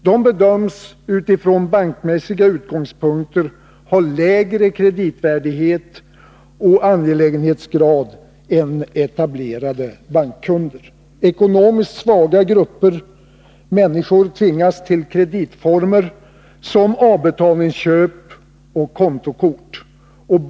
De bedöms utifrån bankmässiga utgångspunkter ha lägre kreditvärdighet och angelägenhetsgrad än etablerade bankkunder. Ekonomiskt svaga grupper människor tvingas till kreditformer som avbetalningsköp och kontokort.